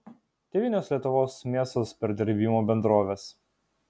devynios lietuvos mėsos perdirbimo bendrovės